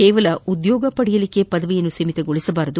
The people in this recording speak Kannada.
ಕೇವಲ ಉದ್ಯೋಗ ಪಡೆಯಲು ಪದವಿಯನ್ನು ಸೀಮಿತಗೊಳಿಸಬಾರದು